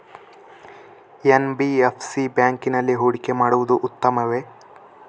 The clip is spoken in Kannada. ಎನ್.ಬಿ.ಎಫ್.ಸಿ ಬ್ಯಾಂಕಿನಲ್ಲಿ ಹೂಡಿಕೆ ಮಾಡುವುದು ಉತ್ತಮವೆ?